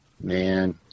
Man